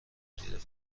مدیر